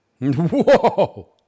Whoa